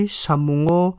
samungo